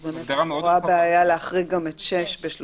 אז באמת לכאורה בעיה להחריג גם את 6 ב-37(ד)